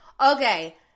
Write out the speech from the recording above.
Okay